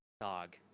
dog